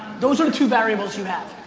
those are two variables you have.